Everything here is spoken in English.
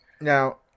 Now